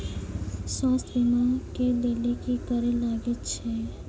स्वास्थ्य बीमा के लेली की करे लागे छै?